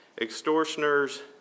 extortioners